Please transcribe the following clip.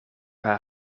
haar